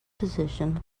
position